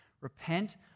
Repent